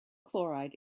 chloride